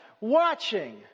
watching